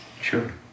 Sure